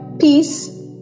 Peace